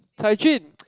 Cai-Jun